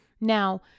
Now